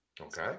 Okay